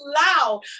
loud